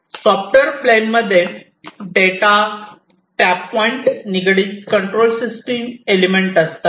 software plane मध्ये data tap point निगडीत control element असतात